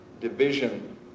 division